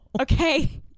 Okay